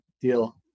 deal